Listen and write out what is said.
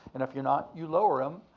and if you're not, you lower em.